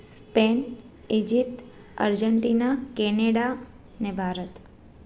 Spain Egypt Argentina Canada ऐं भारत